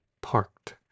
parked